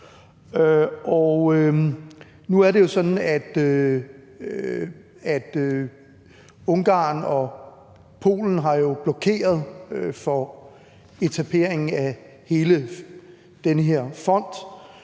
Nu er det jo sådan, at Ungarn og Polen har blokeret for etableringen af hele den her fond.